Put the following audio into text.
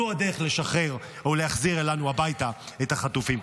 זו הדרך לשחרר ולהחזיר אלינו הביתה את החטופים.